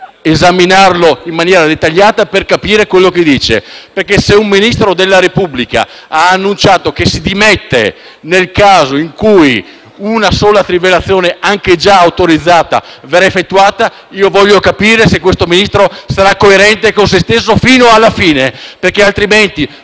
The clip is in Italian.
esaminarlo in maniera dettagliata per capire quello che dice, perché se un Ministro della Repubblica ha annunciato che si dimetterà nel caso in cui una sola trivellazione, anche già autorizzata, verrà effettuata, voglio capire se questo Ministro sarà coerente con se stesso fino alla fine, altrimenti